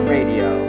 Radio